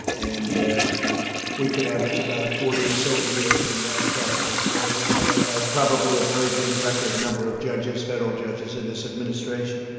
and we could average about forty or so a year from that process. so we'll have a probably, a very big record number of judges federal judges in this administration.